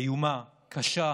איומה, קשה.